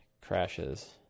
crashes